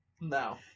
No